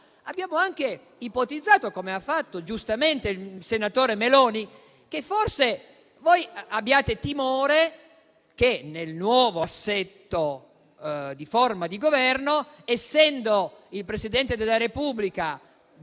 abbiamo anche ipotizzato, come ha fatto giustamente il senatore Meloni, che forse voi abbiate timore che nel nuovo assetto di forma di governo il Presidente della Repubblica